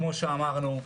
כמו שאמרנו,